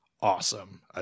Awesome